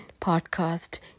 podcast